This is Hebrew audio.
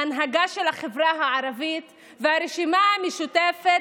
ההנהגה של החברה הערבית והרשימה המשותפת,